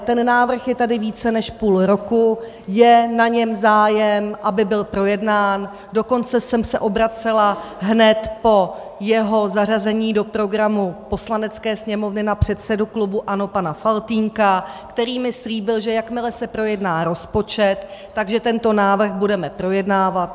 Ten návrh je tady více než půl roku, je na něm zájem, aby byl projednán, dokonce jsem se obracela hned po jeho zařazení do programu Poslanecké sněmovny na předsedu klubu ANO pana Faltýnka, který mi slíbil, že jakmile se projedná rozpočet, tak že tento návrh budeme projednávat.